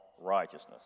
righteousness